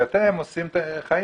ואתם עושים חיים,